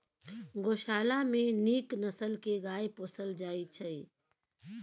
गोशाला मे नीक नसल के गाय पोसल जाइ छइ